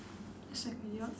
it's like a yacht